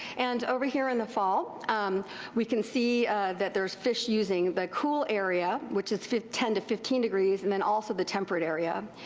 and over here in the fall we can see that thereis fish using the cool area, which is ten to fifteen degrees and then also the temperate area.